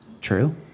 true